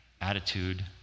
attitude